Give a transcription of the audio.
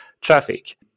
traffic